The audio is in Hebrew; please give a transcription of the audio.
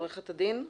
עורכת הדין,